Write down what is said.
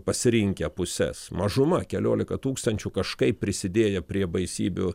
pasirinkę puses mažuma keliolika tūkstančių kažkaip prisidėję prie baisybių